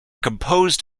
composed